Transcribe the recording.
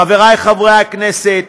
חבריי חברי הכנסת,